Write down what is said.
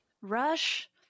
Rush